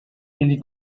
egli